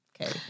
Okay